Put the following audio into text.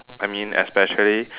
I mean especially